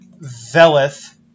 Velith